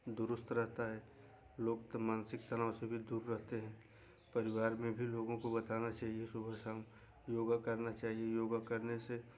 दुरुस्त रहता है लोग का मानसिक तनाव से भी दूर रहते हैं परिवार में भी लोगों को बताना चाहिए सुबह शाम योगा करना चाहिए योगा करने से